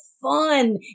fun